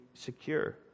secure